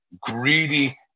greedy